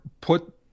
put